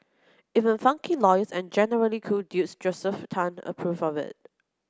even funky lawyer and generally cool dude Josephus Tan approve of it